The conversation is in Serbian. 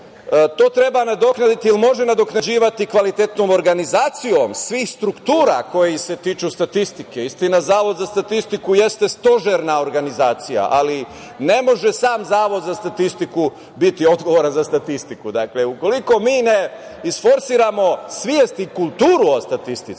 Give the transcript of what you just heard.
to treba nadoknaditi i to se može nadoknađivati kvalitetnom organizacijom svih struktura koje se tiču statistike. Istina, Zavod za statistiku jeste stožerna organizacija, ali ne može sam Zavod za statistiku biti odgovoran za statistiku. Dakle, ukoliko mi ne isforsiramo svest i kulturu o statistici,